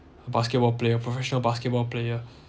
basketball player professional basketball player